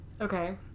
Okay